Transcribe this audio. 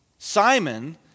Simon